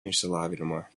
išsilavinimą